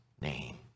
name